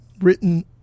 written